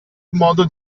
modo